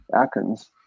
Atkins